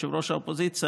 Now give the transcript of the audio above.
ראש האופוזיציה,